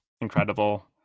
incredible